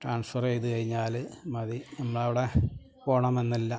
transfer ചെയ്തു കഴിഞ്ഞാൽ മതി നമ്മളവിടെ പോകണമെന്നല്ല